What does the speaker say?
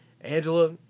Angela